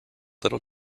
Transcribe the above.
little